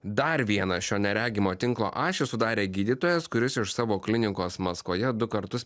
dar vieną šio neregimo tinklo ašį sudarė gydytojas kuris iš savo klinikos maskvoje du kartus